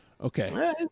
Okay